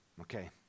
Okay